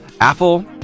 Apple